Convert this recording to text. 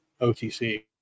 OTC